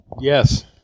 Yes